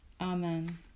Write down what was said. Amen